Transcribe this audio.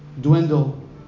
dwindle